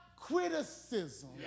criticism